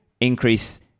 increase